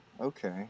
Okay